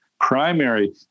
primary